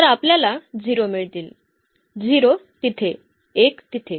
तर आपल्याला 0 मिळतील 0 तिथे 1 तिथे